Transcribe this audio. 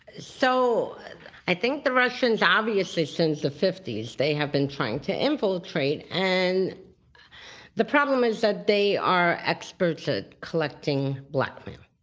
so i think the russians, obviously since the fifty s, they have been trying to infiltrate. and the problem is that they are experts at collecting blackmail.